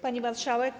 Pani Marszałek!